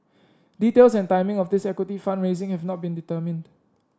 details and timing of this equity fund raising have not been determined